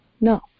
No